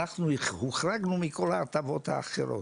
אנחנו הוחרגנו מכל ההטבות האחרות.